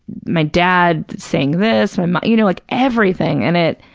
my dad saying this, my mom, you know, like everything, and it,